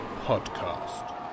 podcast